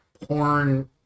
porn